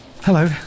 Hello